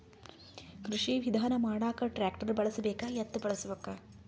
ಕೃಷಿ ವಿಧಾನ ಮಾಡಾಕ ಟ್ಟ್ರ್ಯಾಕ್ಟರ್ ಬಳಸಬೇಕ, ಎತ್ತು ಬಳಸಬೇಕ?